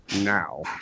now